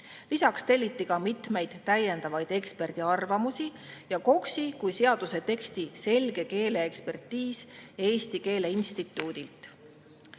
Lisaks telliti mitmeid täiendavaid eksperdiarvamusi ja KOKS‑i kui seaduse teksti selge keele ekspertiis Eesti Keele Instituudilt. Eelnõu